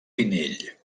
pinell